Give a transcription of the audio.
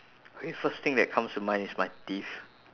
okay first thing that comes to mind is my teeth